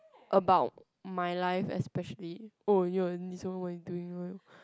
about my life especially oh you what you doing